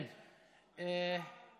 ההצעה להעביר את הנושא לוועדת הכספים נתקבלה.